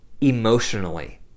emotionally